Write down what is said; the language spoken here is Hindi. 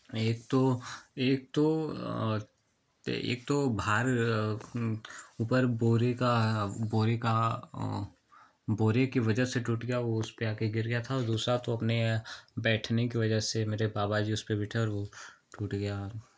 एक तो एक तो तो एक तो भार ऊपर बोरी का बोरी का बोरी की वजह से टूट गया वो उसपे आके गिर गया था और दूसरा तो अपने बैठने की वजह से मेरे बाबा जी उसपे बैठे और वो टूट गया